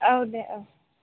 औ दे औ